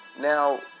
Now